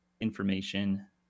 information